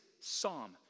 psalm